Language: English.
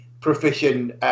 proficient